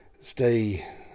stay